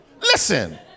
Listen